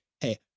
Hey